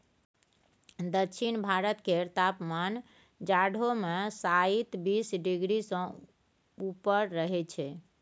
दक्षिण भारत केर तापमान जाढ़ो मे शाइत बीस डिग्री सँ ऊपर रहइ छै